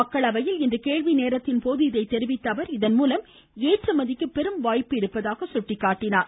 மக்களவையில் இன்று கேள்வி நேரத்தின் போது இதைத் தெரிவித்த அவர் இதன்மூலம் ஏற்றுமதிக்கு பெரும் வாய்ப்பு இருப்பதாகக் குறிப்பிட்டார்